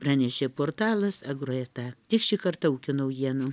pranešė portalas agroeta tiek šį kartą ūkio naujienų